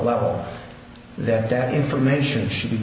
love that that information should be